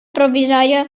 provvisorio